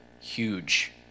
huge